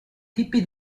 tipi